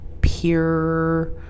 pure